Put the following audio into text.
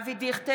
נגד אבי דיכטר,